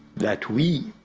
that we,